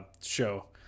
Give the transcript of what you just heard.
show